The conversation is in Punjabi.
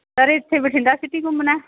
ਸਰ ਇੱਥੇ ਬਠਿੰਡਾ ਸਿਟੀ ਘੁੰਮਣਾ